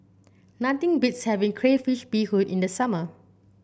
nothing beats having Crayfish Beehoon in the summer